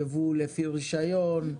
יבוא לפי רישיון,